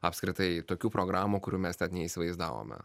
apskritai tokių programų kurių mes net neįsivaizdavome